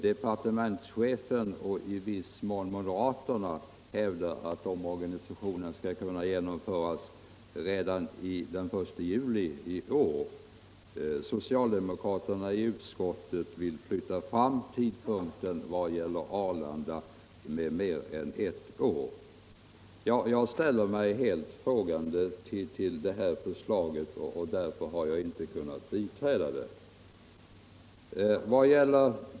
Departementschefen och i viss mån moderaterna hävdar, att omorganisationen skall kunna genomföras redan den 1 juli i år. Socialdemokraterna i utskottet vill vad gäller Arlanda senarelägga omorganisationen med mer än ett år. Jag ställer mig helt frågande inför det här förslaget, och därför har jag inte kunnat biträda det.